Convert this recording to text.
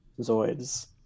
zoids